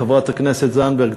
חברת הכנסת זנדברג,